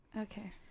okay